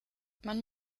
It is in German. man